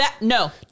No